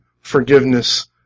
forgiveness